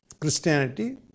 Christianity